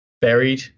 buried